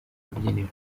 rubyiniro